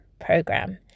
program